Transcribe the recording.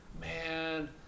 Man